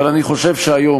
אבל אני חושב שהיום,